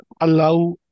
allow